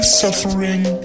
suffering